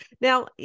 Now